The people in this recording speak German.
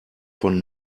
von